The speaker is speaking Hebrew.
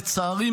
לצערי,